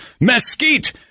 mesquite